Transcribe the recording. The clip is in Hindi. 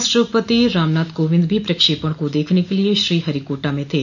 राष्ट्रपति रामनाथ कोविंद भी प्रक्षेपण को देखने के लिए श्रीहरिकोटा में थे